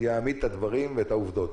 יעמיד את הדברים ואת העובדות.